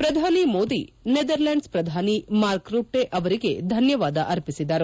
ಪ್ರಧಾನಿ ನೆದರ್ಲೆಂಡ್ಸ್ ಪ್ರಧಾನಿ Mark Rutte ಅವರಿಗೆ ಧನ್ಯವಾದ ಅರ್ಪಿಸಿದರು